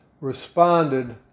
responded